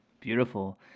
Beautiful